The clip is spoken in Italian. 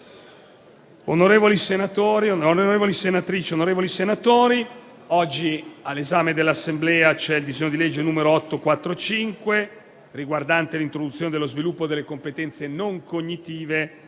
Presidente, onorevoli senatrici, onorevoli senatori, è oggi all'esame dell'Assemblea il disegno di legge n. 845, riguardante l'introduzione dello sviluppo delle competenze non cognitive